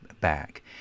back